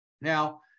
Now